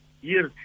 Yes